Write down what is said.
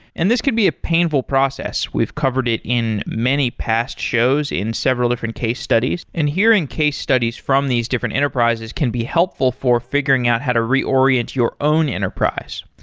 and this could be a painful process. we've covered it in many past shows in several different case studies, and hearing case studies from these different enterprises can be helpful for figuring out how to reorient your own enterprise.